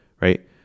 right